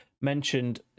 mentioned